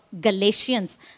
Galatians